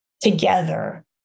together